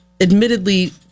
admittedly